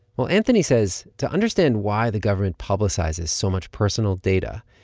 well, anthony says to understand why the government publicizes so much personal data,